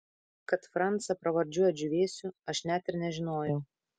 kad francą pravardžiuoja džiūvėsiu aš net ir nežinojau